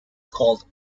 called